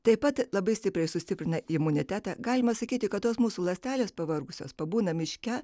taip pat labai stipriai sustiprina imunitetą galima sakyti kad tos mūsų ląstelės pavargusios pabūna miške